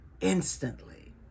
instantly